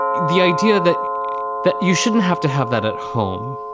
the idea that that you shouldn't have to have that at home.